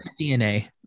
DNA